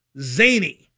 zany